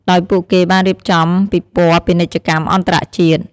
ដោយពួកគេបានរៀបចំពិព័រណ៍ពាណិជ្ជកម្មអន្តរជាតិ។